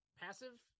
Passive